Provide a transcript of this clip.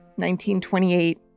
1928